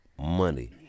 money